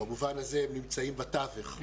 במובן הזה הם נמצאים בתווך.